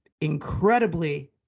incredibly –